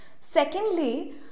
Secondly